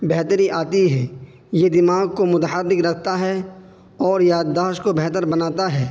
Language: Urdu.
بہتری آتی ہے یہ دماغ کو متحرک رکھتا ہے اور یاد داشت کو بہتر بناتا ہے